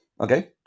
Okay